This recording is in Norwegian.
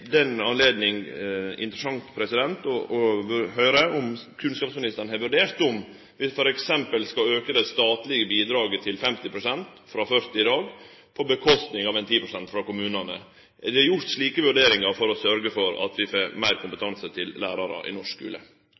den anledninga interessant å høyre om kunnskapsministeren har vurdert om vi f.eks. skal auke det statlege bidraget til 50 pst., frå 40 pst. i dag, på kostnad av 10 pst. frå kommunane. Er det gjort slike vurderingar for å sørgje for at vi får meir kompetanse til lærarar i norsk skule?